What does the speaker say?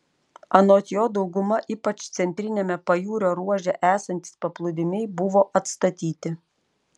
anot jo dauguma ypač centriniame pajūrio ruože esantys paplūdimiai buvo atstatyti